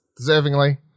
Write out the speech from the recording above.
deservingly